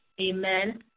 Amen